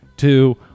Two